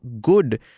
good